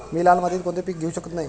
मी लाल मातीत कोणते पीक घेवू शकत नाही?